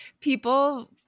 people